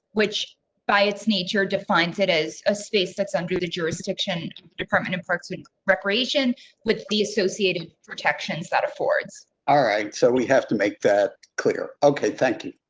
which by its nature defines it as a space that's under the jurisdiction department and parks and recreation with the associated protections. that affords. alright, so we have to make that clear. okay, thank you.